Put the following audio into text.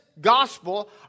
gospel